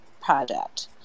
project